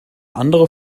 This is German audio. andere